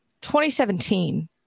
2017